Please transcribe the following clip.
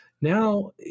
now